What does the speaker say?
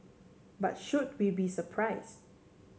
but should we be surprise